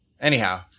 Anyhow